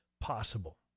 possible